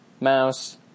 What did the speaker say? Mouse